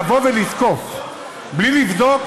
לבוא ולתקוף בלי לבדוק,